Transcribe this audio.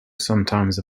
sometimes